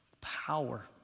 power